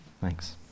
Thanks